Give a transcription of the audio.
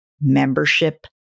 membership